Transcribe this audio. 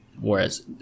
whereas